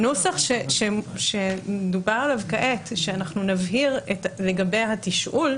הנוסח שמדובר עליו כעת, שאנחנו נבהיר לגבי התשאול,